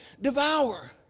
devour